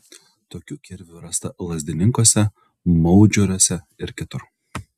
tokių kirvių rasta lazdininkuose maudžioruose ir kitur